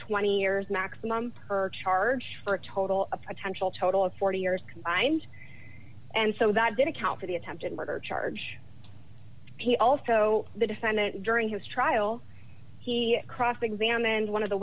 twenty years maximum per charge for a total potential total of forty years combined and so that didn't account for the attempted murder charge he also the defendant during his trial he cross examined one of the